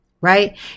right